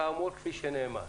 כאמור, כפי שנאמר.